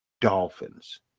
Dolphins